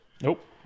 nope